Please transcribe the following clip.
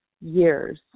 years